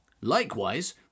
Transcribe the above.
Likewise